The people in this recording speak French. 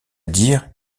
dire